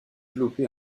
développer